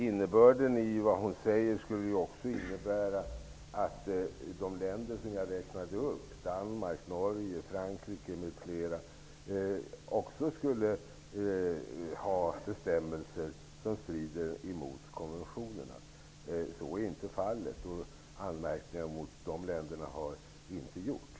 Innebörden i vad hon säger skulle också vara att de länder jag räknade upp, Danmark, Norge, Frankrike m.fl., också skulle ha bestämmelser som strider mot konventionerna. Så är inte fallet. Anmärkningar mot de länderna har inte gjorts.